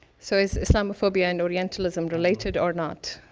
so is islamophobia and orientalism related or not?